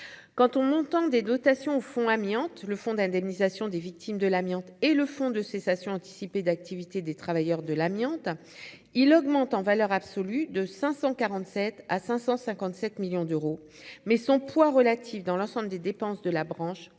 quant au montant des dotations au Fonds amiante : le fonds d'indemnisation des victimes de l'amiante et le Fonds de cessation anticipée d'activité des travailleurs de l'amiante, il augmente en valeur absolue de 547 à 557 millions d'euros, mais son poids relatif dans l'ensemble des dépenses de la branche continue